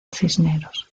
cisneros